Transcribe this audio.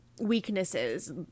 weaknesses